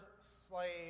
slave